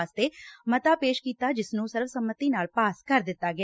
ਵਾਸਤੇ ਮੱਤਾ ਪੇਸ਼ ਕੀਤਾ ਜਿਸ ਨੁੰ ਸਰਬ ਸੰਮਤੀ ਨਾਲ ਪਾਸ ਕਰ ਦਿੱਤਾ ਗਿਆ